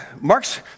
Mark's